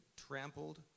trampled